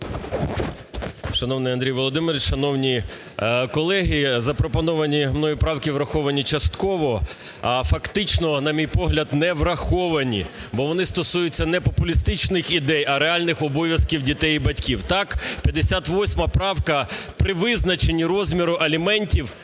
Шановний Андрій Володимирович, шановні колеги! Запропоновані мною правки враховані частково. А, фактично, на мій погляд, не враховані, бо вони стосуються не популістичних ідей, а реальних обов'язків дітей і батьків. Так, 58 правка при визначенні розміру аліментів